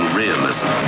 realism